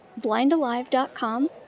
blindalive.com